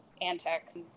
antics